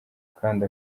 kandi